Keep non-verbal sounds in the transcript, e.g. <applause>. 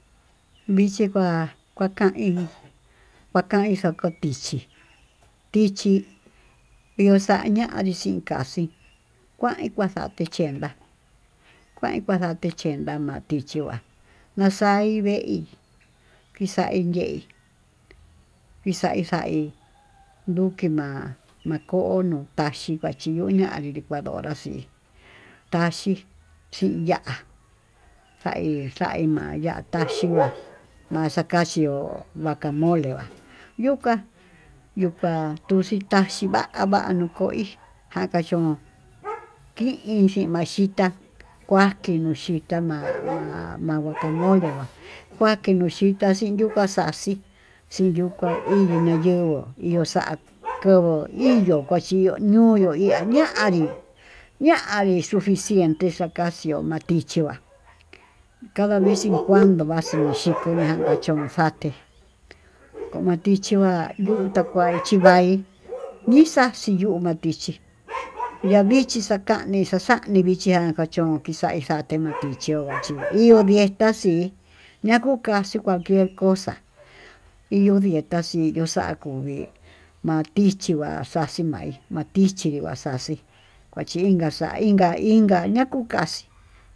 Vichi kuá kuakain kuakain xako'o tichí, tichí yoxaña' yii chinka kaxi kuin kuajandi yendó kuain kaxante chenda ma'í, tichí va'a naxa'í vee hi kixai ye'í kuixaí xaí ndukí ma'á ma'a ko'o noyaxhí maxhinduña'a ña'a licuadora chí, taxhí chí ya'á tai-taima ya'á taxhiná maxaxhió guacamole va'á yuká yuka xhí taxhí va'á av'á nokoí njakachón kii inxhí maxhitá kua kini xhitá maí ma'a guacamole va'á kua'a kiyuu xhita kimii kuá xa'á xaxhí xin yuká inguu nayenguó ihó xa'a kiovo'o híyo kuaxhio ñuu iho yo'o yungua ña'a hi ña'a ixuu njixiente xaka xo'oma tichí va'a cada vez en cuanto vaxhi naxhiko ñana chí xhión xaté matixhi va'a ñuu <noise> takaxí vai'í nixaxhi yuu vatí chi yavichi xakaní <noise> xaxanivichi jan xhaxhó nuui kixai xate matichí chochi ihó nii yee taxii nakuu kaxi cual quier cosa iyuu vetaxii yukuu xakó uu vii matichí va'á xaxhima'í vichi vaxaxhí kuachinka xaí inka inká ña'a kuu kaxii.